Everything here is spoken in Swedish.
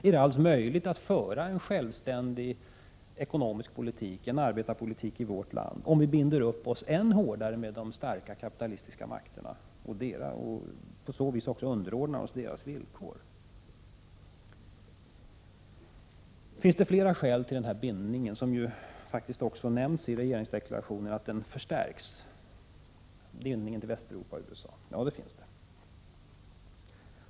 Är det alls möjligt att föra en självständig ekonomisk politik, en arbetarpolitik, i vårt land om vi binder upp oss än hårdare med de starka kapitalistiska makterna och på så sätt underordnar oss deras villkor? Finns det flera skäl till denna bindning till Västeuropa och USA? Det nämns i deklarationen att den förstärks. Ja, det gör det. Teknikberoendet är ett.